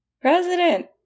president